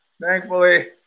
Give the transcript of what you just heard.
thankfully